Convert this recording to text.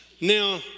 Now